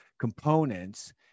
components